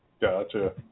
Gotcha